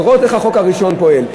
לראות איך החוק הראשון פועל.